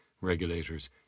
regulators